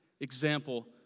example